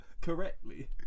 Correctly